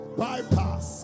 bypass